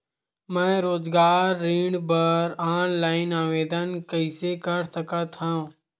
मैं रोजगार ऋण बर ऑनलाइन आवेदन कइसे कर सकथव?